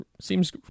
seems